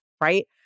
right